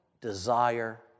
desire